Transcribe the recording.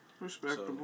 Respectable